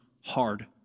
hard